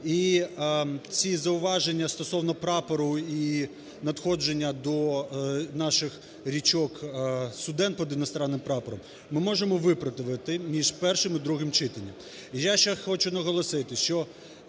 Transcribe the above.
І ці зауваження стосовно прапору, і надходження до наших річок суден під іноземним прапором, ми можемо виправити між першим і другим читанням.